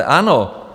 Ano.